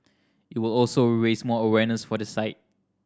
it will also raise more awareness for the site